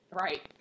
Right